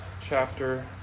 chapter